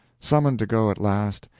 summoned to go at last,